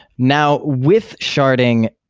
now, with sharding,